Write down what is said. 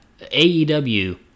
AEW